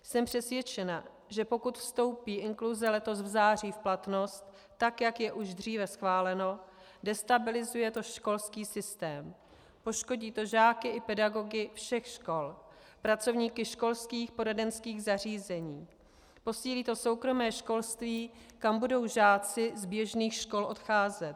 Jsem přesvědčena, že pokud vstoupí i inkluze letos v září v platnost, tak jak je už dříve schváleno, destabilizuje to školský systém, poškodí to žáky i pedagogy všech škol, pracovníky školských poradenských zařízení, posílí to soukromé školství, kam budou žáci z běžných škol odcházet.